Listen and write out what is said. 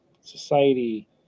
society